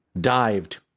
dived